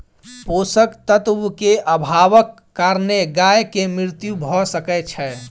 पोषक तत्व के अभावक कारणेँ गाय के मृत्यु भअ सकै छै